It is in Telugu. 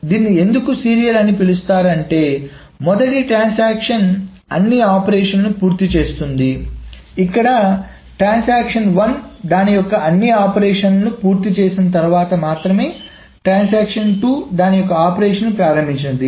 దీన్ని ఎందుకు సీరియల్ అని పిలుస్తారు అంటే మొదటి ట్రాన్సాక్షన్ అన్ని ఆపరేషన్స్ పూర్తి చేస్తుంది ఇక్కడ ట్రాన్సాక్షన్1 దాని యొక్క అన్ని ఆపరేషన్లను పూర్తి చేసిన తరువాత మాత్రమే ట్రాన్సాక్షన్2 దాని యొక్క ఆపరేషన్లను ప్రారంభించింది